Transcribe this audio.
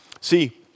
See